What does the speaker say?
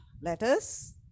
letters